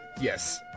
yes